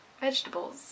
Vegetables